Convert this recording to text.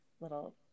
little